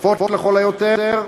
נוספות לכל היותר,